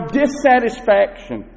dissatisfaction